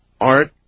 art